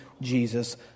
Jesus